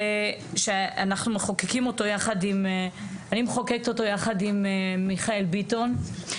אני מחוקקת אותו יחד עם מיכאל ביטון.